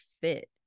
fit